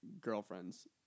girlfriends